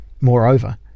Moreover